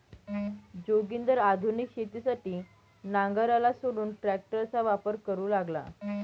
जोगिंदर आधुनिक शेतीसाठी नांगराला सोडून ट्रॅक्टरचा वापर करू लागला